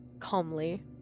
calmly